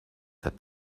that